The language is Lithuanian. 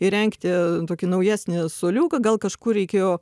įrengti tokį naujesnį suoliuką gal kažkur reikėjo